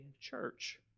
church